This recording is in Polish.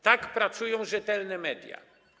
Tak pracują rzetelne media.